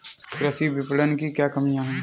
कृषि विपणन की क्या कमियाँ हैं?